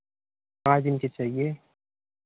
पाँच दिन की चहिए